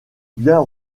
bien